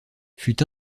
fut